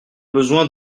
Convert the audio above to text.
besoin